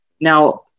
Now